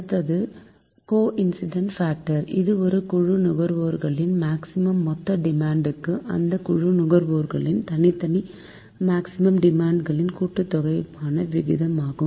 அடுத்தது coincident factor இது ஒரு குழு நுகர்வோர்களின் மேக்சிமம் மொத்த டிமாண்ட் க்கும் அந்த குழு நுகர்வோர்களின் தனித்தனி மேக்சிமம் டிமாண்ட் களின் கூட்டுத்தொகைக்குமான விகிதம் ஆகும்